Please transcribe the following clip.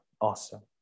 Awesome